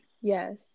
Yes